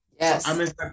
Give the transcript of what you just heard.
Yes